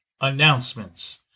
announcements